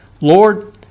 Lord